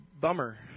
bummer